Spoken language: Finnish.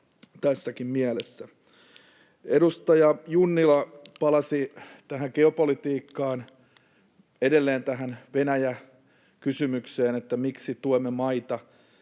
tässäkin mielessä. Kun edustaja Junnila palasi tähän geopolitiikkaan, tähän Venäjä-kysymykseen, siihen, miksi tuemme maita,